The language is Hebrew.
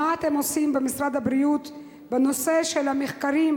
מה אתם עושים במשרד הבריאות בנושא של המחקרים,